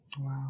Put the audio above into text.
Wow